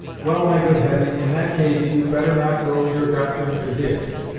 well, my good hetty, in that case you'd better not broach your doctrine to hist,